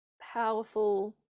powerful